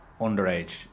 underage